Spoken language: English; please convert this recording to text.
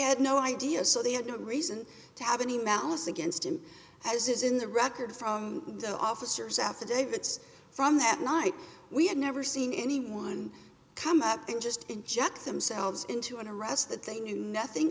had no idea so they had no reason to have any malice against him as is in the record from the officers affidavits from that night we had never seen anyone come up and just inject themselves into an arrest that they knew nothing